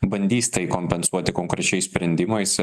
bandys tai kompensuoti konkrečiais sprendimais